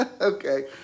Okay